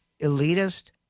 elitist